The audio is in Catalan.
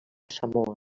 samoa